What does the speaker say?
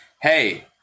Hey